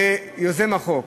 להודות ליוזם החוק,